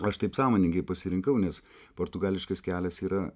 aš taip sąmoningai pasirinkau nes portugališkas kelias yra